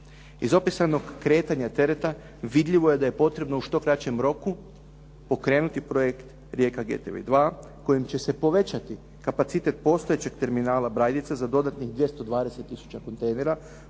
Iz opisanog kretanja tereta vidljivo je da je potrebno u što kraćem roku pokrenuti projekt Rijeka-Getaway 2 kojim će se povećati kapacitet postojećeg terminala Brajdica za dodatnih 220 tisuća kontejnera